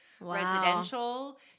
Residential